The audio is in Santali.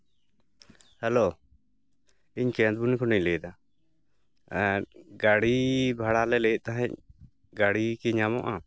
ᱦᱮᱞᱳ ᱤᱧ ᱠᱮᱸᱫᱽᱵᱚᱱᱤ ᱠᱷᱚᱱᱤᱧ ᱞᱟᱹᱭᱫᱟ ᱜᱟᱹᱲᱤ ᱵᱷᱟᱲᱟᱞᱮ ᱞᱟᱹᱭᱮᱫ ᱛᱟᱦᱮᱸᱫ ᱜᱟᱹᱲᱤ ᱠᱤ ᱧᱟᱢᱚᱜᱼᱟ